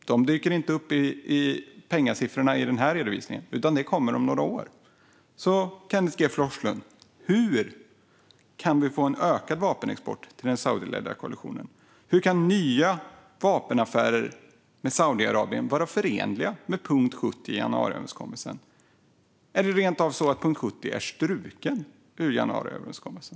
De dyker inte upp i pengasiffrorna i den här redovisningen, utan de kommer om några år. Hur, Kenneth G Forslund, kan vi ha fått en ökad vapenexport till den saudiskledda koalitionen? Hur kan nya vapenaffärer med Saudiarabien vara förenliga med punkt 70 i januariöverenskommelsen? Är det rent av så att punkt 70 är struken ur januariöverenskommelsen?